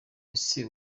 ese